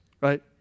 right